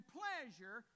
pleasure